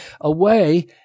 away